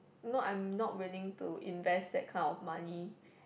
not I'm not willing to invest that kind of money